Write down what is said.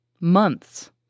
Months